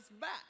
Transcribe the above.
back